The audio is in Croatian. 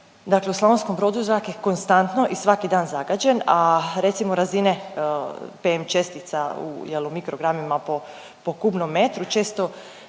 dakle u Slavonskom Brodu zrak je konstantno i svaki dan zagađen, a recimo razine PM čestica u, jel u mikrogramima po, po kubnom metru često